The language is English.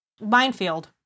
minefield